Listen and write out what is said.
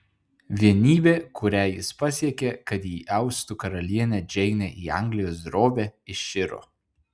vienybė kurią jis pasiekė kad įaustų karalienę džeinę į anglijos drobę iširo